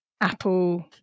Apple